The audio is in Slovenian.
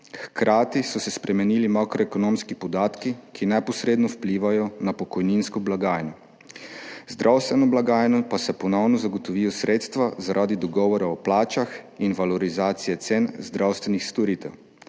Hkrati so se spremenili makroekonomski podatki, ki neposredno vplivajo na pokojninsko blagajno, v zdravstveni blagajni pa se ponovno zagotovijo sredstva zaradi dogovora o plačah in valorizacije cen zdravstvenih storitev,